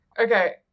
Okay